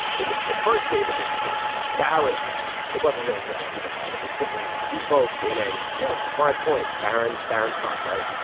then the first name in this case. baron it wasn't really dragged through the mud. it was simply evoked in a you know fine point. baron. baron trump, right.